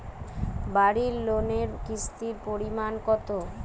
বাড়ি লোনে কিস্তির পরিমাণ কত?